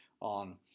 on